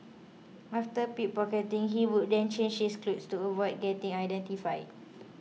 after pick pocketing he would then change his clothes to avoid getting identified